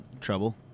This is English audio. trouble